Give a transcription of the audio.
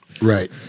Right